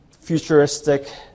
futuristic